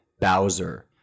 Bowser